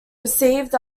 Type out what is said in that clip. received